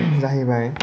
जाहैबाय